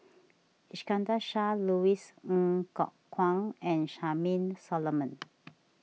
Iskandar Shah Louis Ng Kok Kwang and Charmaine Solomon